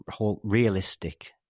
realistic